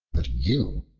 but you,